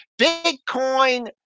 Bitcoin